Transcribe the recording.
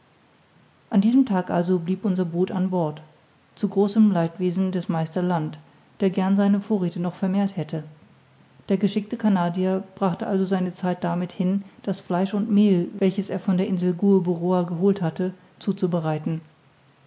an diesem tag also blieb unser boot an bord zu großem leidwesen des meister land der gern seine vorräthe noch vermehrt hätte der geschickte canadier brachte also seine zeit damit hin das fleisch und mehl welches er von der insel gueboroar geholt hatte zuzubereiten